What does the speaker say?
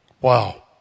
Wow